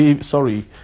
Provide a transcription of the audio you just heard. sorry